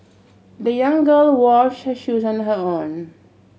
the young girl washed her shoes on her own